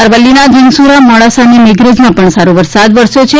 અરવલ્લના ધનસુરા મોડાસા અને મેઘરાજમાં પણ સારો વરસાદ વરસ્યો છે